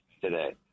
today